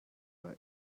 where